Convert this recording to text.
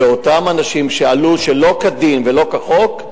ואותם אנשים שעלו שלא כדין ולא כחוק,